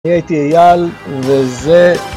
הייתי אייל וזה